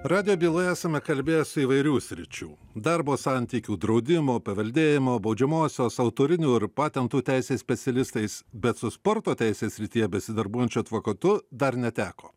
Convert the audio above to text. radijo byloje esame kalbėję su įvairių sričių darbo santykių draudimo paveldėjimo baudžiamosios autorinių ir patentų teisės specialistais bet su sporto teisės srityje besidarbuojančiu advokatu dar neteko